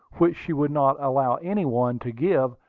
which she would not allow any one to give,